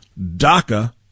DACA